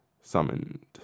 summoned